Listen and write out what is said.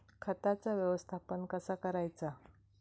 खताचा व्यवस्थापन कसा करायचा?